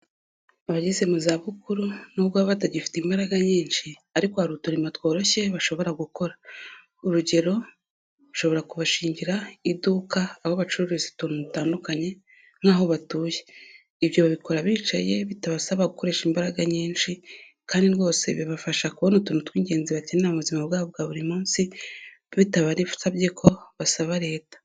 Abageze mu zabukuru nubwo baba batagifite imbaraga nyinshi ariko hari uturimo tworoshye bashobora gukora. Urugero: Ushobora kubashingira iduka aho bacuruza utuntu dutandukanye nk'aho batuye. Ibyo babikora bicaye bitabasaba gukoresha imbaraga nyinshi kandi rwose bibafasha kubona utuntu tw'ingenzi bakenera mu buzima bwabo bwa buri munsi, bitabasabye ko basaba Leta.